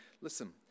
listen